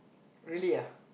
really ah